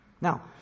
Now